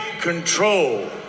control